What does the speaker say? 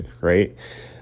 right